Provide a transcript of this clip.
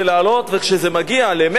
וכשזה מגיע ל-100 מעלות,